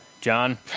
John